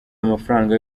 amafaranga